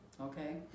Okay